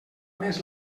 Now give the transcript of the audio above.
més